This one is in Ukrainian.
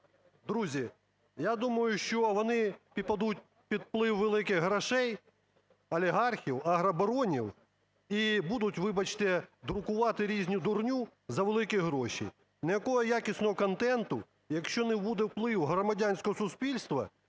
Друзі, я думаю, що вони підпадуть під вплив великих грошей олігархів, агробаронів і будуть, вибачте, друкувати різну дурню за великі гроші. Ніякого якісного контенту, якщо не буде впливу громадянського суспільства